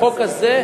החוק הזה,